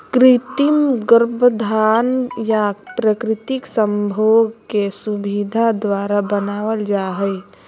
कृत्रिम गर्भाधान या प्राकृतिक संभोग की सुविधा द्वारा बनाबल जा हइ